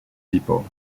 depot